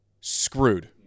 screwed